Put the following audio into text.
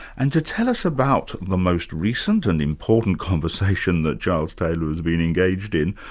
and to tell us about the most recent and important conversation that charles taylor has been engaged in,